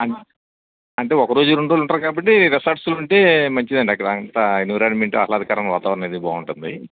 అ అంటే ఒకరోజు రెండు రోజులు ఉంటారు కాబట్టి రిసార్ట్స్లో ఉంటే మంచిది అండి అక్కడ అంత ఎన్విరాన్మెంట్ ఆహ్లాదకరణ వాతావరణం అది బాగుంటుంది